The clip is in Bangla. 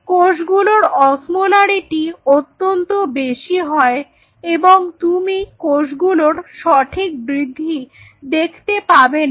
কোষগুলোর অসমোলারিটি অত্যন্ত বেশি হয় এবং তুমি কোশগুলোর সঠিক বৃদ্ধি দেখতে পাবে না